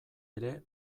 ere